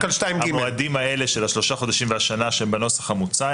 המועדים האלה של השלושה חודשים והשנה שהם בנוסח המוצע,